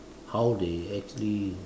how they actually